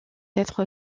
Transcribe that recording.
être